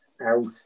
out